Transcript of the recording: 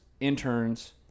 interns